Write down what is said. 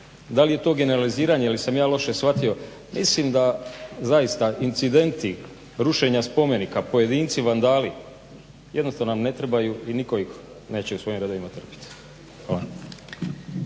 da li je to generaliziranje ili sam ja loše shvatio mislim da zaista incidenti rušenja spomenika, pojedinci, vandali jednostavno nam ne trebaju i nitko ih neće u svojim redovima trpit.